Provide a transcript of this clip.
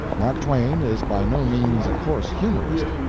mark twain is by no means a coarse humorist,